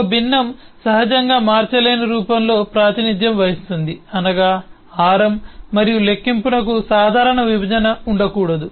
ఒక భిన్నం సహజంగా మార్చలేని రూపంలో ప్రాతినిధ్యం వహిస్తుంది అనగా హారం మరియు లెక్కింపుకు సాధారణ విభజన ఉండకూడదు